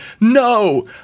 no